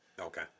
Okay